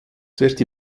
zuerst